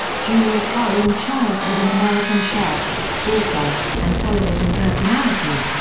julia carolyn child was an american chef, author, and television personality.